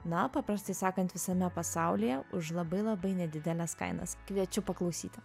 na paprastai sakant visame pasaulyje už labai labai nedideles kainas kviečiu paklausyti